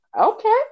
okay